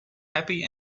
happy